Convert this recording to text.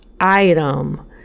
item